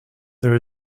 there